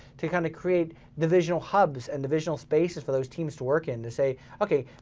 to kinda create divisional hubs and divisional spaces for those teams to work in, to say okay,